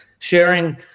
sharing